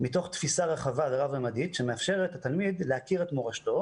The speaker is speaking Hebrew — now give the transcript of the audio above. מתוך תפיסה רחבה ורב-מידתית שמאפשרת לתלמיד להכיר את מורשתו